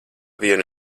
vienu